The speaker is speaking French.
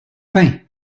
pin